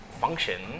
function